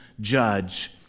judge